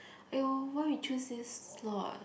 !aiyo! why you choose this slot